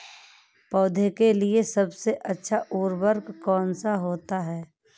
पौधे के लिए सबसे अच्छा उर्वरक कौन सा होता है?